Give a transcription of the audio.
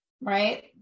right